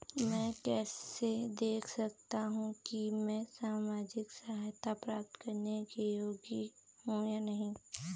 मैं कैसे देख सकता हूं कि मैं सामाजिक सहायता प्राप्त करने योग्य हूं या नहीं?